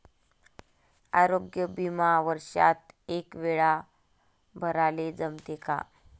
आरोग्य बिमा वर्षात एकवेळा भराले जमते का?